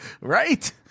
Right